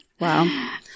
wow